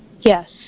Yes